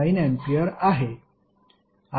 69 ampere आहे